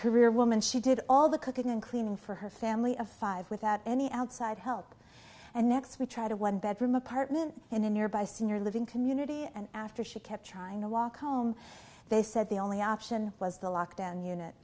career woman she did all the cooking and cleaning for her family of five without any outside help and next we try to one bedroom apartment in a nearby senior living community and after she kept trying to walk home they said the only option was the lockdown unit